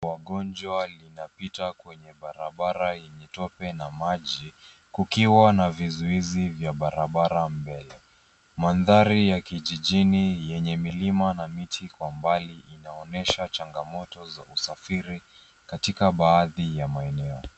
Gari la wangonjwa linapita kwenye barabara yenye tope na maji kukiwa na vizuizi vya barabara mbele. Mandhari ya kijijini yenye milima na miti kwa umbali inaonyesha changamoto za usafiri katika baadhi ya maeneo.